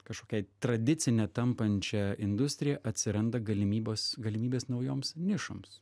kažkokiai tradicine tampančia industrija atsiranda galimybės galimybės naujoms nišoms